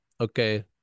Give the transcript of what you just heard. okay